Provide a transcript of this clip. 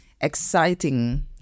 exciting